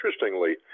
interestingly